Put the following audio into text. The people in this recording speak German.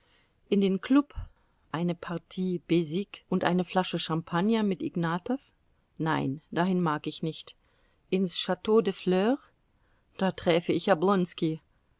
in den klub eine partie besik und eine flasche champagner mit ignatow nein dahin mag ich nicht ins chteau des fleurs da träfe ich oblonski